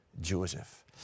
Joseph